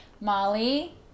Molly